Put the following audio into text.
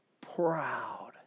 proud